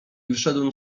wyszedłem